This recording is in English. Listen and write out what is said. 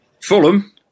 Fulham